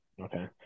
Okay